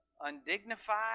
undignified